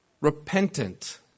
repentant